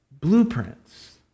blueprints